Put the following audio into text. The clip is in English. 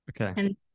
Okay